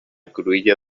cruïlla